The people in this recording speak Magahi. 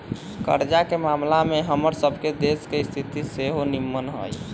कर्जा के ममला में हमर सभ के देश के स्थिति सेहो निम्मन न हइ